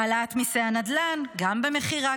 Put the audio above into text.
העלאת מיסי הנדל"ן גם במכירה,